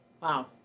Wow